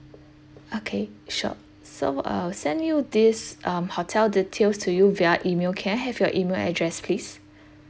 okay sure so I'll send you this um hotel details to you via email can I have your email address please